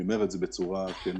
ואני אומר את זה בצורה כנה,